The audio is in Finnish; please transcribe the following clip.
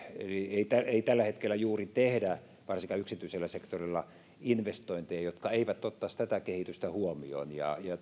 ei tällä hetkellä juuri tehdä varsinkaan yksityisellä sektorilla investointeja jotka eivät ottaisi tätä kehitystä huomioon ja